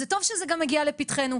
זה טוב שזה גם הגיע לפתחנו.